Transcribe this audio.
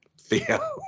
Theo